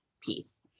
piece